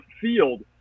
field